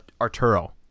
Arturo